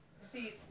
see